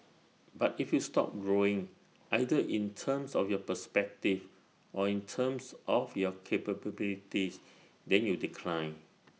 but if you stop growing either in terms of your perspective or in terms of your then you decline